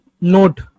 note